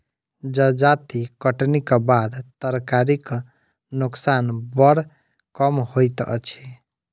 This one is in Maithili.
जजाति कटनीक बाद तरकारीक नोकसान बड़ कम होइत अछि